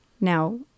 Now